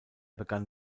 begann